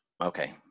okay